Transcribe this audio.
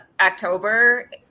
October